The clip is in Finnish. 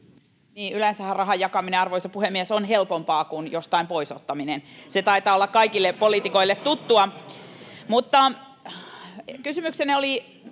Yleensähän rahan jakaminen, arvoisa puhemies, on helpompaa kuin jostain pois ottaminen. Se taitaa olla kaikille poliitikoille tuttua. Kysymyksenne oli